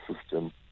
system